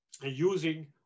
using